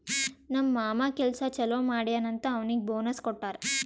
ನಮ್ ಮಾಮಾ ಕೆಲ್ಸಾ ಛಲೋ ಮಾಡ್ಯಾನ್ ಅಂತ್ ಅವ್ನಿಗ್ ಬೋನಸ್ ಕೊಟ್ಟಾರ್